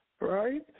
right